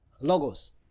logos